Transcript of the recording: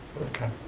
okay.